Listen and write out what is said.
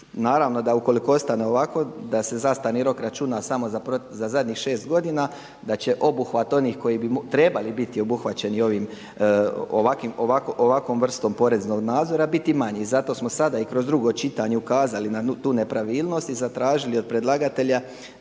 Naravno da ukoliko ostane ovako da se zastarni rok računa samo za zadnjih 6 godina. Da će obuhvat onih koji bi trebali biti obuhvaćeni ovim, ovakvom vrstom poreznog nadzora biti manji. Zato smo sada i kroz drugo čitanje ukazali na tu nepravilnost i zatražili od predlagatelja